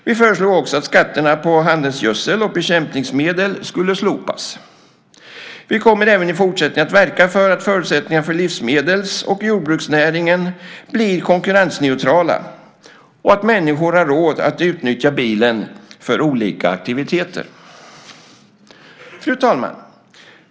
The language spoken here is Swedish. Vi föreslog också att skatterna på handelsgödsel och bekämpningsmedel skulle slopas. Vi kommer även i fortsättningen att verka för att förutsättningarna för livsmedels och jordbruksnäringen blir konkurrensneutrala och att människor har råd att utnyttja bilen för olika aktiviteter. Fru talman!